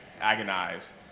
agonized